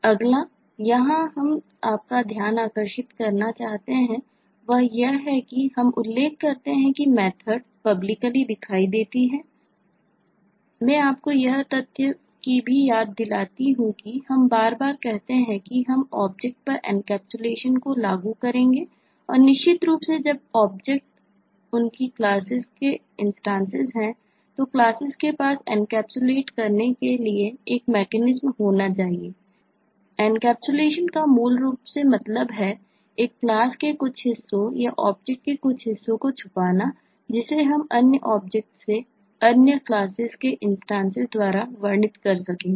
अगला जहां हम आपका ध्यान आकर्षित करना चाहते हैं वह यह है कि हम उल्लेख करते हैं कि मेथड्स द्वारा वर्णित कर सकेंगे